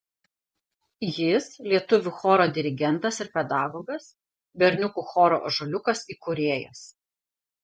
jis lietuvių choro dirigentas ir pedagogas berniukų choro ąžuoliukas įkūrėjas